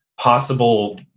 possible